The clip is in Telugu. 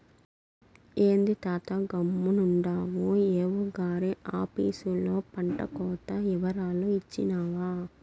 ఏంది తాతా గమ్మునుండావు ఏవో గారి ఆపీసులో పంటకోత ఇవరాలు ఇచ్చినావా